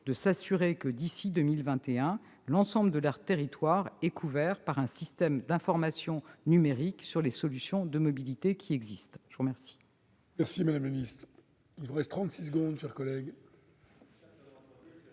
de s'assurer que, d'ici à 2021, l'ensemble de leurs territoires soient couverts par un système d'information numérique sur les solutions de mobilité qui existent. La parole